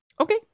Okay